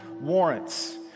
warrants